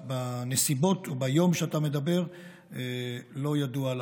בנסיבות וביום שאתה מדבר לא ידוע על